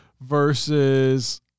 Versus